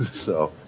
so